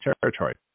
territory